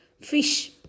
Fish